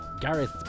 Gareth